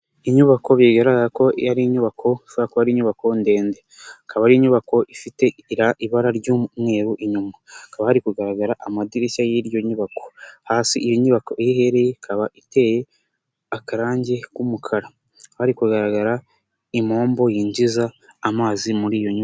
Inyubako bigaragara ko ari inyubako ishobora kuba ari inyubako ndende, ikaba ari inyubako ifite ibara ry'umweru inyuma, hakaba hari kugaragara amadirishya y'iyo nyubako, hasi iyo nyubako iherereye ikaba iteye akarangi k'umukara, hari kugaragara impombo yinjiza amazi muri iyo nyubako.